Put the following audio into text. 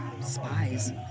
spies